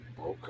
Okay